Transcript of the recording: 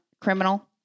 Criminal